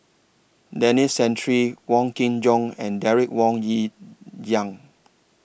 Denis Santry Wong Kin Jong and Derek Wong Liang